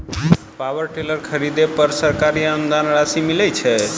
Power tiller खरीदे पर सरकारी अनुदान राशि मिलय छैय?